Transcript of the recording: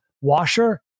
washer